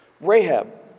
Rahab